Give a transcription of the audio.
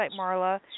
Marla